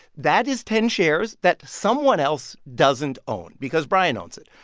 that is ten shares that someone else doesn't own because bryan owns it.